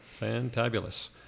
Fantabulous